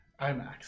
IMAX